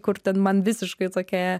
kur ten man visiškai tokia